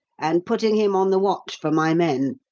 and putting him on the watch for my men.